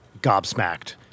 gobsmacked